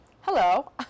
Hello